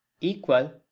equal